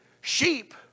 sheep